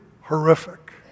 horrific